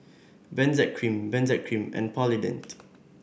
Benzac Cream Benzac Cream and Polident